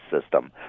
system